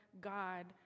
God